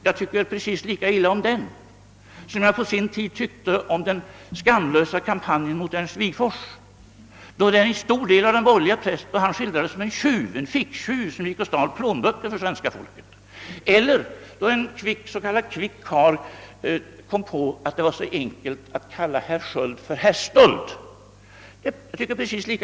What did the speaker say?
Jag tycker precis lika illa om den artikeln, herr Wedén, som jag på sin tid tyckte illa om den skamlösa kampanj, där en stor del av den borgerliga pressen skild rade Ernst Wigforss som en ficktjuv som gick omkring och stal plånböcker för svenska folket, eller de skriverier av en s.k. kvick karl där herr Sköld kalla: des för herr Stöld.